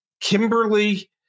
Kimberly